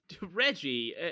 Reggie